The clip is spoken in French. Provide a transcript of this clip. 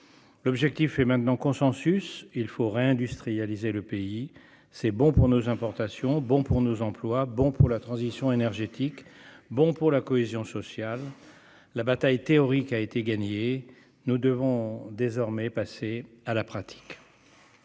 L'objectif fait maintenant consensus : il faut réindustrialiser le pays. C'est bon pour nos importations, bon pour nos emplois, bon pour la transition énergétique, bon pour la cohésion sociale. La bataille théorique a été gagnée. Nous devons désormais passer à la pratique.